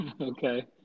Okay